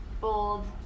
bold